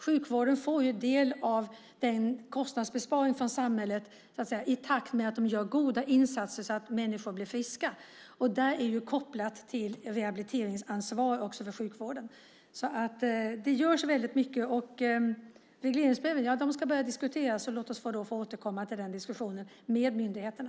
Sjukvården får del av den kostnadsbesparingen från samhället i takt med att den gör goda insatser så att människor blir friska. Det är kopplat till rehabiliteringsansvar också för sjukvården. Det görs alltså mycket. Regleringsbreven ska börja diskuteras. Låt oss återkomma till den diskussionen med myndigheterna.